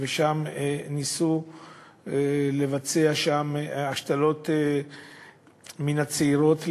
ושם ניסו לבצע השתלות איברים מן הצעירות בחולים,